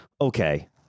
Okay